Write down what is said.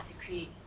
decree